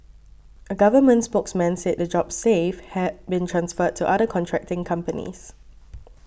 a government spokesman said the jobs saved had been transferred to other contracting companies